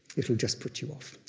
it will just put you off.